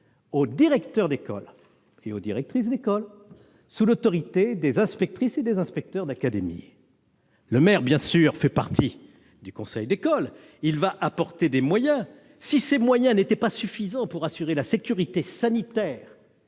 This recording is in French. aux directeurs et directrices d'école, sous l'autorité des inspectrices et inspecteurs d'académie. Le maire, bien sûr, fait partie du conseil d'école et fournit des moyens. Si ces moyens n'étaient pas suffisants pour assurer la sécurité sanitaire